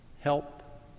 help